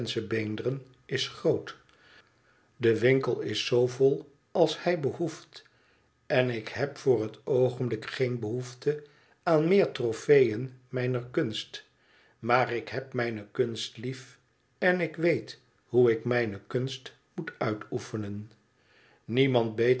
menschenbeenderen is groot de winkel is zoo vol als hij behoeft en ik heb voor het oogenblik geen behoefte aan meer tropeeën mijner kunst maar ik heb mijne kunst lief en ik weet hoe ik mijne kunst moet uifoefenen niemand